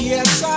Yes